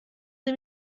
sie